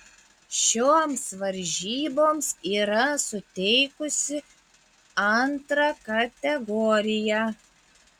šioms varžyboms yra suteikusi antrą kategoriją